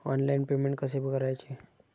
Online payment कसे करायचे?